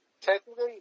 technically